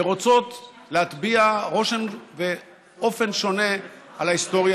ורוצות להטביע רושם באופן שונה על ההיסטוריה